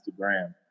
instagram